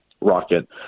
rocket